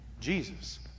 Jesus